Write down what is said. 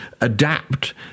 adapt